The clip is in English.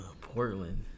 Portland